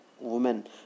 woman